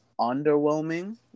underwhelming